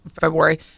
February